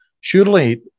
Surely